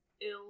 ill